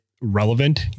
relevant